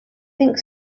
think